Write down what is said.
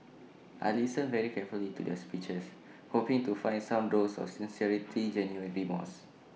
I listened very carefully to their speeches hoping to find some dose of sincerity genuine remorse